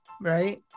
right